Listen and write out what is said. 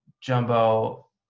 Jumbo